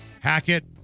Hackett